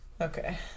Okay